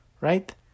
Right